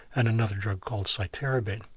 and another drug called cytarabine.